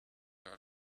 out